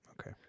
Okay